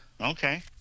Okay